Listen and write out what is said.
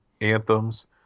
anthems